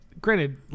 Granted